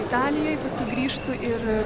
italijoj paskui grįžtu ir